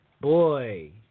boy